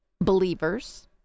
believers